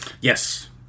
Yes